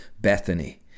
bethany